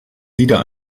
wieder